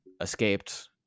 escaped